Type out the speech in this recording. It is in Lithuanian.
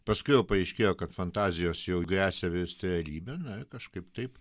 paskui jau paaiškėjo kad fantazijos jau gresia virsti realybe na kažkaip taip